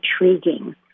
intriguing